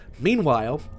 meanwhile